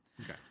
Okay